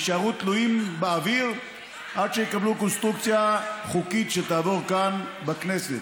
יישארו תלויים באוויר עד שיקבלו קונסטרוקציה חוקית שתעבור כאן בכנסת.